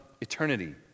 eternity